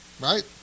right